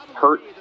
Hurt